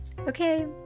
Okay